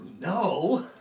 no